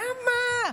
למה?